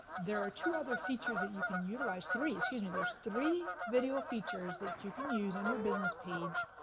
there are two other features that you can utilize, three, excuse me, there's three video features that you can use on your business page,